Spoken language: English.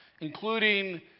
including